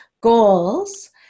goals